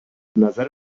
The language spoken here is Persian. نظر